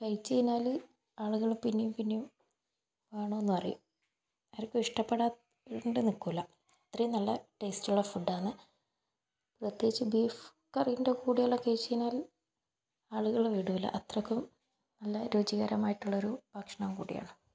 കഴിച്ചകഴിഞ്ഞാൽ ആളുകൾ പിന്നെയും പിന്നെയും വേണമെന്ന് പറയും ആർക്കും ഇഷ്ടപെടാണ്ട് നിക്കൂല അത്രയും നല്ല ടേസ്റ്റ് ഉള്ള ഫുഡാണ് പ്രത്യേകിച്ച് ബീഫ് കറിയിന്റെ കൂടെയല്ലാം കഴിച്ചകഴിഞ്ഞാൽ ആളുകൾ വിടൂല അത്രക്കും നല്ല രുചികരമായിട്ടുള്ളൊരു ഭക്ഷണം കൂടിയാണ്